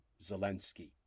Zelensky